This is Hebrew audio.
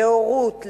להורות,